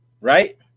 right